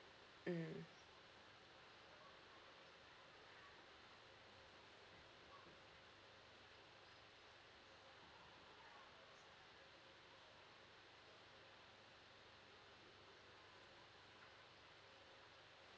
mm